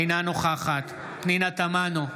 אינה נוכחת פנינה תמנו,